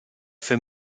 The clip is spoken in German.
für